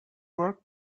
work